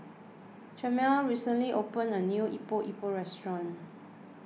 chimere recently opened a new Epok Epok restaurant